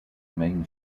main